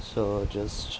so just